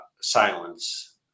silence